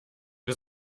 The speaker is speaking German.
wir